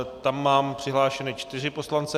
Tam mám přihlášeny čtyři poslance.